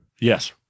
Yes